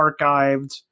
archived